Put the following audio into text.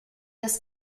des